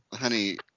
honey